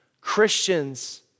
Christians